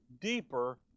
deeper